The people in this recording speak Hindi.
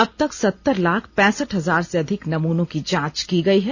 अबतक सत्तर लाख पैंसठ हजार से अधिक नमूनों की जांच की गयी है